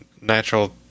natural